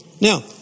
Now